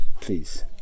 please